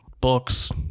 Books